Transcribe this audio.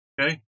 okay